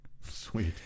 sweet